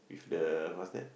with the what's that